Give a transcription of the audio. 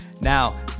Now